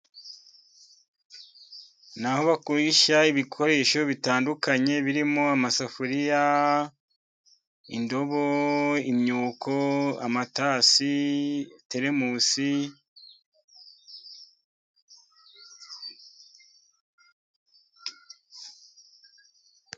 Ni aho bakoresha ibikoresho bitandukanye birimo amasafuriya, indobo, imyuko, amatasi, teremusi...